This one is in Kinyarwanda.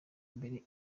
mbere